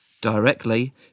directly